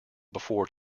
before